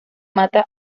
mata